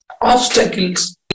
obstacles